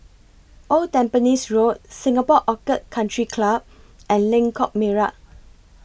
Old Tampines Road Singapore Orchid Country Club and Lengkok Merak